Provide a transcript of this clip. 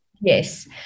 Yes